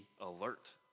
alert